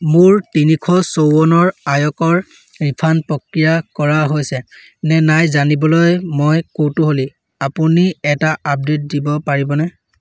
মোৰ তিনিশ চৌৱন্নৰ আয়কৰ ৰিফাণ্ড প্ৰক্ৰিয়া কৰা হৈছেনে নাই জানিবলৈ মই কৌতুহলী আপুনি এটা আপডেট দিব পাৰিবনে